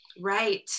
right